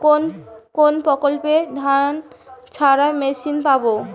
কোনপ্রকল্পে ধানঝাড়া মেশিন পাব?